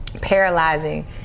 paralyzing